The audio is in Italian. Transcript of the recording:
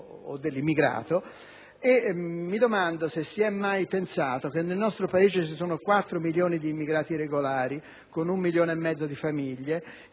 o dell'immigrato. Mi domando se si è mai pensato che nel nostro Paese ci sono 4 milioni di immigrati regolari con 1,5 milioni di famiglie